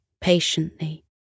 patiently